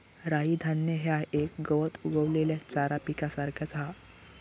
राई धान्य ह्या एक गवत उगवलेल्या चारा पिकासारख्याच हा